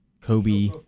Kobe